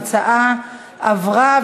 ההצעה עברה,